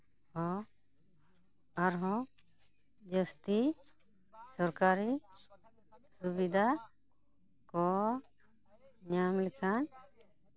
ᱦᱚᱸ ᱟᱨᱦᱚᱸ ᱡᱟᱹᱥᱛᱤ ᱥᱚᱨᱠᱟᱨᱤ ᱥᱩᱵᱤᱫᱷᱟ ᱠᱚ ᱧᱟᱢ ᱞᱮᱠᱷᱟᱱ